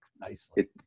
nicely